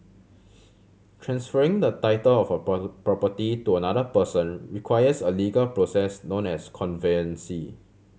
transferring the title of a property to another person requires a legal process known as conveyance